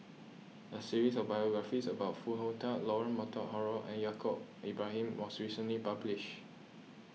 a series of biographies about Foo Hong Tatt Leonard Montague Harrod and Yaacob Ibrahim was recently published